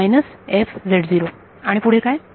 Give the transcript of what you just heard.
म्हणून आणि पुढे काय